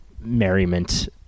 merriment